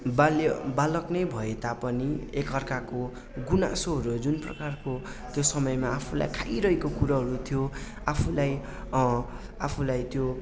बाल्य बालक नै भए तापनि एकअर्काको गुनासोहरू जुन प्रकारको त्यो समयमा आफूलाई खाइरहेको कुरोहरू थियो आफूलाई आफूलाई त्यो